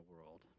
world